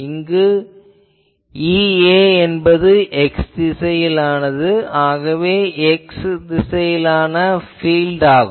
இங்கு Ea என்பது x திசையிலானது ஆகவே இது x திசையிலான பீல்ட் ஆகும்